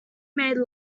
made